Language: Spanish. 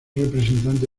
representante